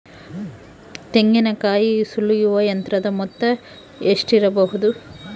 ತೆಂಗಿನಕಾಯಿ ಸುಲಿಯುವ ಯಂತ್ರದ ಮೊತ್ತ ಎಷ್ಟಿರಬಹುದು?